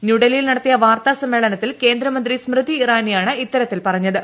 ന്യൂഡൽഹിയിൽ നടത്തിയ വാർത്താ സമ്മേളനത്തിൽ കേന്ദ്രമന്ത്രി സ്മൃതി ഇറാനിയാണ് ഇത്തരത്തിൽ പറഞ്ഞത്